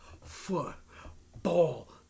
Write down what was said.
Football